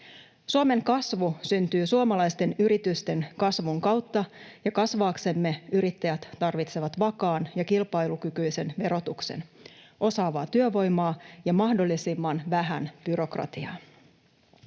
Suomen kasvu syntyy suomalaisten yritysten kasvun kautta, ja kasvaaksemme yrittäjät tarvitsevat vakaan ja kilpailukykyisen verotuksen, osaavaa työvoimaa ja mahdollisimman vähän byrokratiaa.